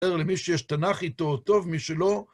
למי שיש תנ"ך איתו, טוב, מי שלא...